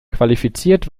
qualifiziert